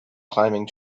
climbing